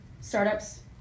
startups